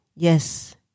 Yes